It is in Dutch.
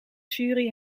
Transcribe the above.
jury